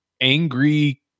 angry